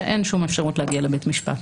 שאין שום אפשרות להגיע לבית משפט.